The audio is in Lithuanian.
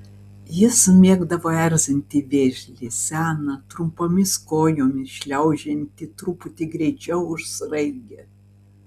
jis mėgdavo erzinti vėžlį seną trumpomis kojomis šliaužiantį truputį greičiau už sraigę